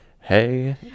hey